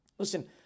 Listen